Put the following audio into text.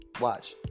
watch